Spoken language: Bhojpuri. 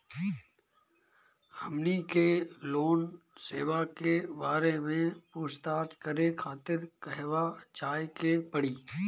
हमनी के लोन सेबा के बारे में पूछताछ करे खातिर कहवा जाए के पड़ी?